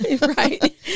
Right